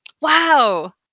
Wow